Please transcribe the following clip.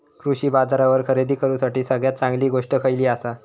कृषी बाजारावर खरेदी करूसाठी सगळ्यात चांगली गोष्ट खैयली आसा?